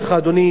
אדוני,